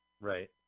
Right